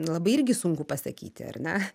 labai irgi sunku pasakyti ar ne